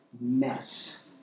mess